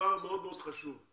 המספר מאוד מאוד חשוב.